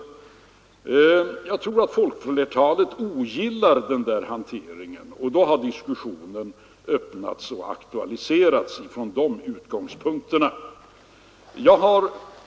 Jag tror att folkflertalet ogillar denna hantering. Från dessa utgångspunkter har diskussionen aktualiserats.